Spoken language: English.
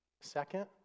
Second